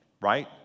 right